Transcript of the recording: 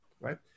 right